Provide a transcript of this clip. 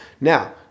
Now